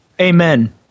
Amen